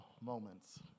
moments